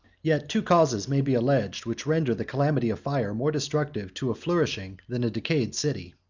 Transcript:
yet two causes may be alleged, which render the calamity of fire more destructive to a flourishing than a decayed city.